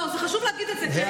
חשוב להגיד את זה.